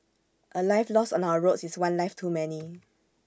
A life lost on our roads is one life too many